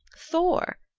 thor,